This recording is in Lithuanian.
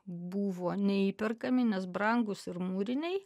buvo neįperkami nes brangūs ir mūriniai